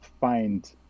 find